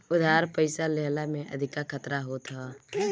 उधार पईसा लेहला में अधिका खतरा होत हअ